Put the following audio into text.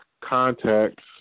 contacts